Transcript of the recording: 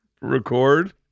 record